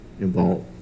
involved